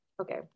okay